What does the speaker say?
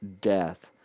death